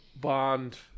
Bond